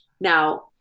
Now